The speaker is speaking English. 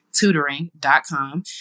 Tutoring.com